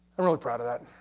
i'm really proud of that.